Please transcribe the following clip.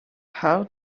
how